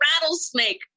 rattlesnake